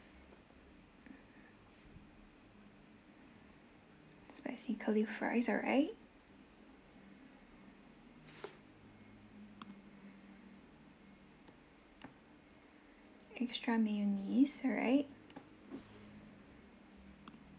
spicy curly fries alright extra mayonnaise alright